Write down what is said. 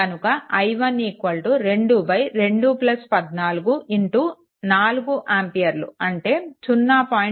కనుక i1 22 14 4 ఆంపియర్లు అంటే 0